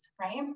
right